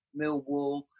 Millwall